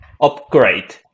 Upgrade